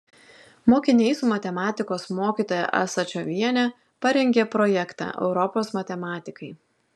mokiniai su matematikos mokytoja asačioviene parengė projektą europos matematikai